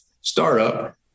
startup